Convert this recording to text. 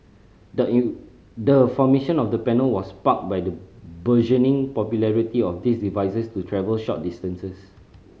the in the formation of the panel was sparked by the burgeoning popularity of these devices to travel short distances